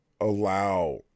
allow